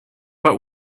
but